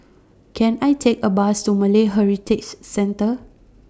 Can I Take A Bus to Malay Heritage Centre